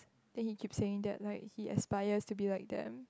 then he keep saying that like he aspires to be like them